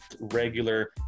regular